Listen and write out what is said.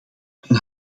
van